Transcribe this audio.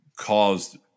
caused